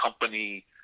company